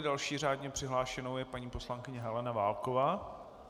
Další řádně přihlášenou je paní poslankyně Helena Válková.